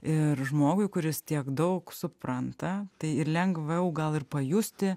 ir žmogui kuris tiek daug supranta tai ir lengviau gal ir pajusti